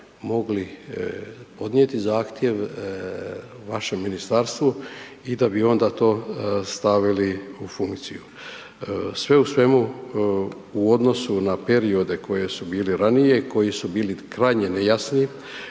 mogli podnijeti zahtjev vašem ministarstvu i da bi onda to stavili u funkciju. Sve u svemu u odnosu na periode koji su bili ranije i koji su bili krajnje nejasni,